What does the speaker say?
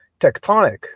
tectonic